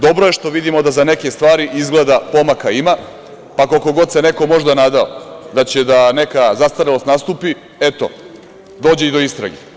Dobro je što vidimo za neke stvari izgleda pomaka ima, pa koliko god se možda neko nadao da će da neka zastarelost nastupi, eto, dođe i do istrage.